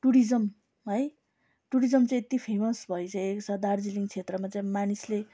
tourism है tourism चाहिँ यति फेमस भइसकेको छ दार्जिलिङ क्षेत्रमा चाहिँ मानिसले